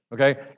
okay